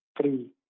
three